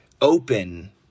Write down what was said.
open